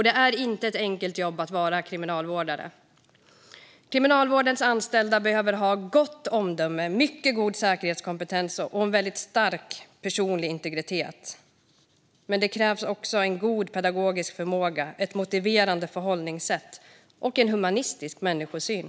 Det är inte ett enkelt jobb att vara kriminalvårdare. Kriminalvårdens anställda behöver ha gott omdöme, mycket god säkerhetskompetens och stark personlig integritet. Men det krävs också god pedagogisk förmåga, ett motiverande förhållningssätt och en humanistisk människosyn.